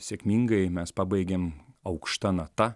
sėkmingai mes pabaigėm aukšta nata